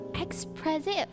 expressive